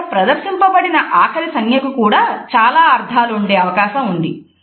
ఇక్కడ ప్రదర్శింపబడిన ఆఖరి సంజ్ఞ కు కూడా చాలా అర్థాలు ఉండే అవకాశం ఉంది